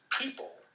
People